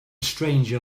stranger